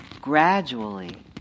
gradually